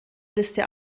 liste